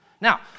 Now